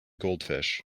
goldfish